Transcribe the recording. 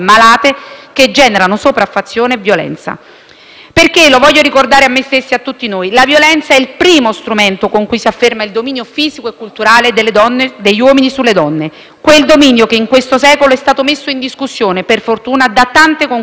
violenza. Voglio ricordare a me stessa e a tutti noi che la violenza è il primo strumento con cui si afferma il dominio fisico e culturale degli uomini sulle donne, quel dominio che in questo secolo è stato messo in discussione, per fortuna, da tante conquiste, da diritti inviolabili e sociali delle donne,